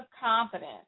confidence